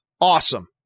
Awesome